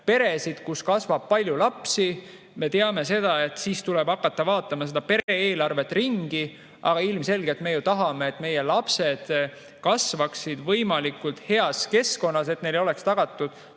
peresid, kus kasvab palju lapsi. Me teame, et siis tuleb hakata pere eelarvet ringi [tegema]. Aga ilmselgelt me ju tahame, et meie lapsed kasvaksid võimalikult heas keskkonnas, et neile oleks tagatud